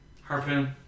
Harpoon